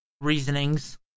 reasonings